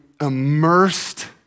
immersed